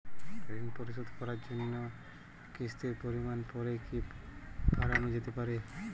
ঋন পরিশোধ করার জন্য কিসতির পরিমান পরে কি বারানো যেতে পারে?